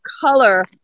color